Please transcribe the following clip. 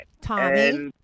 Tommy